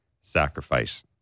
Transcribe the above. sacrifice